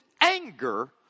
anger